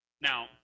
Now